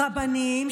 רבנים,